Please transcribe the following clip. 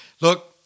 look